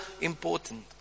important